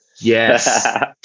Yes